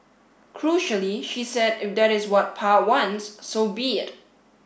crucially she said if that is what pa wants so be it